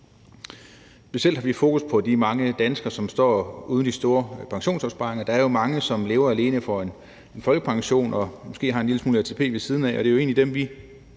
Specielt har vi fokus på de mange danskere, som står uden de store pensionsopsparinger. Der er jo mange, som lever alene af en folkepension og måske har en lille smule ATP ved siden af,